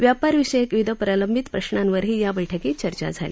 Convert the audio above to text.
व्यापारविषयक विविध प्रलंबित प्रश्नावरही या बैठकीत चर्चा झाली